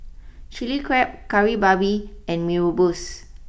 Chilli Crab Kari Babi and Mee Rebus